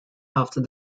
after